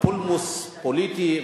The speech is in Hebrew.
פולמוס פוליטי.